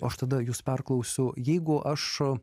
o tada jūs perklausų jeigu aš o